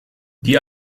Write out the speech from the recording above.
die